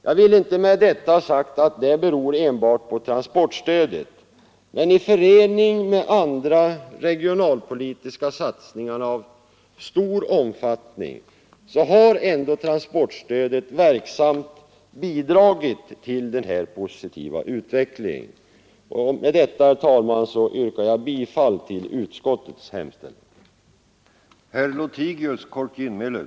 Jag vill inte ha sagt att det beror enbart på transportstödet, men i förening med andra regionalpolitiska satsningar av stor omfattning har transportstödet verksamt bidragit till denna positiva utveckling. Med detta, herr talman, yrkar jag bifall till utskottets hemställan.